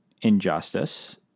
injustice